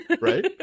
Right